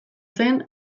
zen